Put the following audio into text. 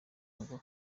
ngo